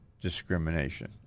discrimination